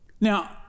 Now